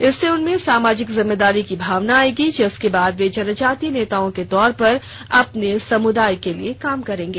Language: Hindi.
इससे उनमें सामाजिक जिम्मेदारी की भावना आएगी जिसके बाद वे जनजातीय नेताओं के तौर पर अपने समुदाय के लिए काम करेंगे